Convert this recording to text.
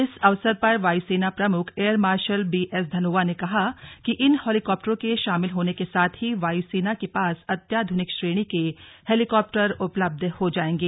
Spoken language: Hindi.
इस अवसर पर वायु सेना प्रमुख air marshal B S Dhanoa ने कहा कि इन हेलीकॉप्टरों के शामिल होने के साथ ही वायु सेना के पास अत्याधुनिक श्रेणी के हेलीकॉप्टर उपलब्ध हो जाएंगे